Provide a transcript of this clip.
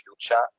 future